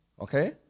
Okay